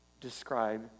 describe